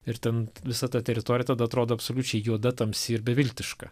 ir ten visa ta teritorija tada atrodo absoliučiai juoda tamsi ir beviltiška